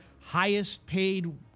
highest-paid